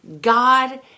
God